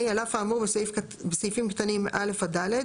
(ה) על אף האמור בסעיפים קטנים (א) עד (ד),